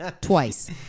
Twice